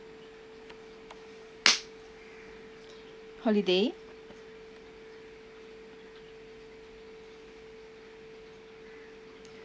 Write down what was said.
holiday